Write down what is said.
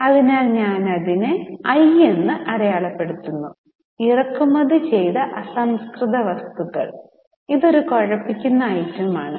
അതിനാൽ ഞാൻ അതിനെ ഐ എന്ന് അടയാളപ്പെടുത്തുന്നു ഇറക്കുമതി ചെയ്ത അസംസ്കൃത വസ്തുക്കൾ ഇത് ഒരു കുഴപ്പിക്കുന്ന ഐറ്റം ആണ്